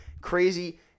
Crazy